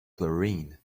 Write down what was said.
chlorine